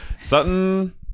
Sutton